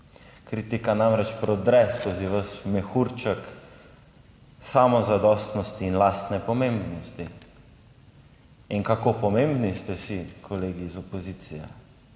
Kritika namreč prodre skozi vaš mehurček samozadostnosti in lastne pomembnosti in kako pomembni ste si kolegi iz opozicije.